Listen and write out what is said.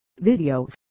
videos